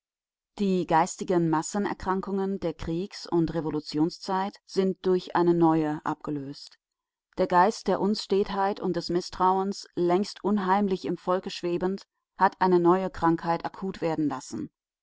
die geistigen massenerkrankungen der kriegs und revolutionszeit sind durch eine neue abgelöst der geist der unstetheit und des mißtrauens längst unheimlich im volke schwebend hat eine neue krankheit akut werden lassen